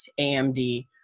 AMD